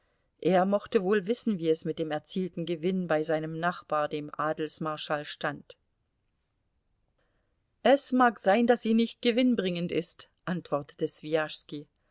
er mochte wohl wissen wie es mit dem erzielten gewinn bei seinem nachbar dem adelsmarschall stand es mag sein daß sie nicht gewinnbringend ist antwortete